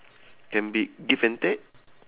can be give and take